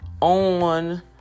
on